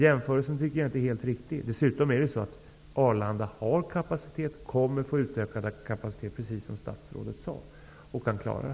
Jämförelsen är inte helt riktig. Arlanda har kapacitet och kommer att få utökad kapacitet, precis som statsrådet sade.